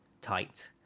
tight